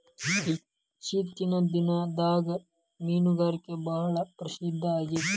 ಇತ್ತೇಚಿನ ದಿನದಾಗ ಮೇನುಗಾರಿಕೆ ಭಾಳ ಪ್ರಸಿದ್ದ ಆಗೇತಿ